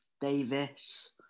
Davis